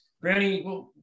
Brownie